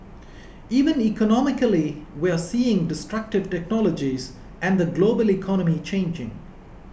even economically we're seeing destructive technologies and the global economy changing